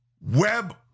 web